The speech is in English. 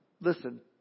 listen